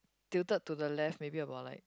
tilted to the left maybe about like